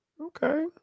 Okay